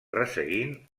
resseguint